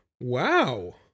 Wow